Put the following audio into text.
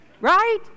Right